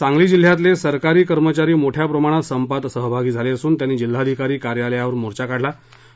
सांगली जिल्ह्यातले सरकारी कर्मचारी मोठ्या प्रमाणात संपात सहभागी झाले असून त्यांनी जिल्हाधिकारी कार्यालयावर मोर्चा काढला होता